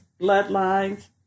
bloodlines